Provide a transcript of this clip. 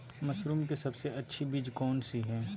Mushroom की सबसे अच्छी बीज कौन सी है?